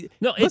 No